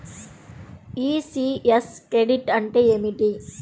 ECS credit అంటే ఏమిటి?